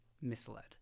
misled